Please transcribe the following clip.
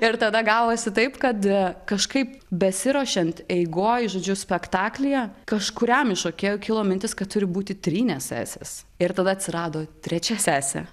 ir tada gavosi taip kad kažkaip besiruošiant eigoj žodžiu spektaklyje kažkuriam iš šokėjų kilo mintis kad turi būti trynės sesės ir tada atsirado trečia sesė